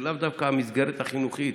וזה לאו דווקא המסגרת החינוכית.